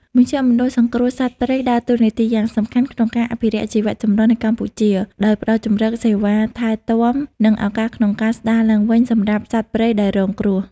មជ្ឈមណ្ឌលសង្គ្រោះសត្វព្រៃដើរតួនាទីយ៉ាងសំខាន់ក្នុងការអភិរក្សជីវៈចម្រុះនៅកម្ពុជា ដោយផ្តល់ជម្រក សេវាថែទាំ និងឱកាសក្នុងការស្តារឡើងវិញសម្រាប់សត្វព្រៃដែលរងគ្រោះ។